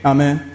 Amen